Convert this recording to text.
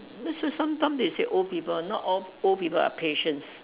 let's say sometime they say old people not all old people are patience